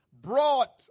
brought